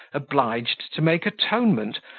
obliged to make atonement,